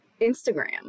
Instagram